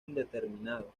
indeterminado